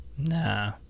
nah